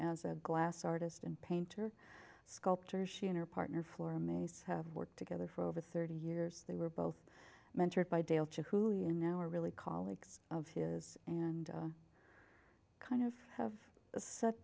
as a glass artist and painter sculpture she and her partner flora mays have worked together for over thirty years they were both mentored by dale jr who even now are really colleagues of his and kind of have set